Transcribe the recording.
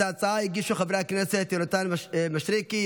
את ההצעה הגישו חברי הכנסת יונתן מישרקי,